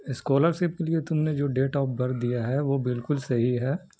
scholarship کے لیے تم نے جو ڈیٹ آف برت دیا ہے وہ بالکل صحیح ہے